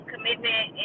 commitment